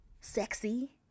sexy